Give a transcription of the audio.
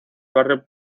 barrio